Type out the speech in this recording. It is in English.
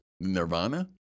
Nirvana